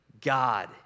God